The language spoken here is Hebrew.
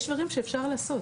יש דברים שאפשר לעשות.